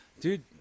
Dude